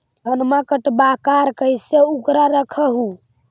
धनमा कटबाकार कैसे उकरा रख हू?